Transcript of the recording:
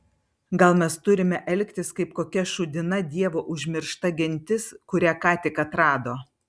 gal mes turime elgtis kaip kokia šūdina dievo užmiršta gentis kurią ką tik atrado